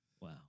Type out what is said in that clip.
Wow